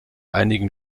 einigen